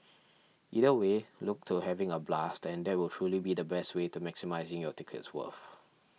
either way look to having a blast and that will truly be the best way to maximising your ticket's worth